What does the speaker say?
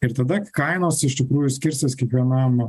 ir tada kainos iš tikrųjų skirsis kiekvienam